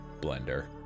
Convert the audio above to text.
blender